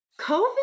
COVID